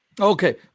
Okay